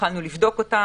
התחלנו לבדוק אותם.